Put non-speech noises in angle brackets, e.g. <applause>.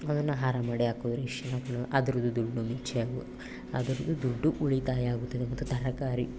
ಅದನ್ನು ಹಾರ ಮಾಡಿ ಹಾಕಿದ್ರೆ ಎಷ್ಟು <unintelligible> ಅದರದ್ದು ದುಡ್ಡು <unintelligible> ಅದರದ್ದು ದುಡ್ಡು ಉಳಿತಾಯ ಆಗುತ್ತದೆ ಮತ್ತು ತರಕಾರಿ